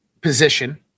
position